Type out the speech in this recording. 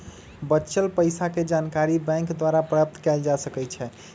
बच्चल पइसाके जानकारी बैंक द्वारा प्राप्त कएल जा सकइ छै